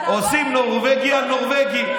עושים נורבגי על נורבגי.